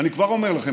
אני כבר אומר לכם,